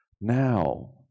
now